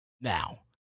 Now